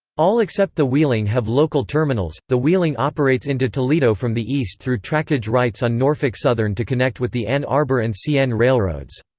all except the wheeling have local terminals the wheeling operates into toledo from the east through trackage rights on norfolk southern to connect with the ann arbor and cn railroads